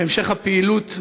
בהמשך הפעילות,